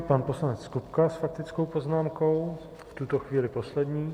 Pan poslanec Kupka s faktickou poznámkou, v tuto chvíli poslední.